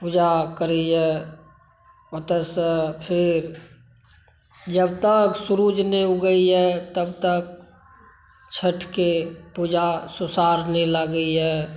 पूजा करै यऽ ओतयसॅं फेर जब तक सूर्य नहि उगै यऽ तब तक छठिके पूजा सुरसार नहि लागै यऽ